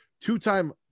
two-time